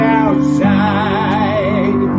outside